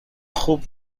خوب